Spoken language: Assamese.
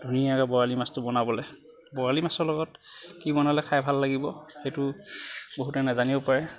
ধুনীয়াকে বৰালি মাছটো বনাবলে বৰালি মাছৰ লগত কি বনালে খাই ভাল লাগিব সেইটো বহুতে নাজানিব পাৰে